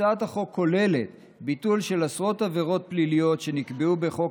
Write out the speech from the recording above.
הצעת החוק כוללת ביטול של עשרות עבירות פליליות שנקבעו בחוק